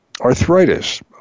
Arthritis